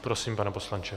Prosím, pane poslanče.